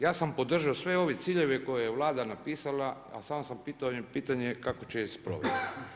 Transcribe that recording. Ja sam podržao sve ove ciljeve koje je Vlada napisala, a samo sam pitao jedno pitanje kako će je sprovesti.